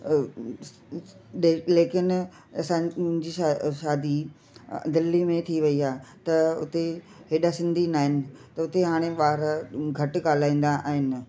लेकिन असांजी शा शादी अ दिल्ली में थी वई आ त इते एॾा सिंधी न आहिनि त उते हाणे ॿार घटि ॻाल्हाईंदा आहिनि